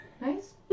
Nice